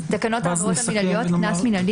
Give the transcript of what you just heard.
"תקנות העבירות המינהליות (קנס מינהלי